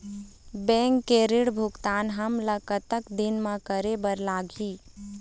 Bank के ऋण भुगतान हमन ला कतक दिन म करे बर लगही?